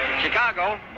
Chicago